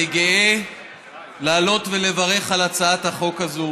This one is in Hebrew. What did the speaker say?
אני גאה לעלות ולברך על הצעת החוק הזאת,